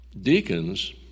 Deacons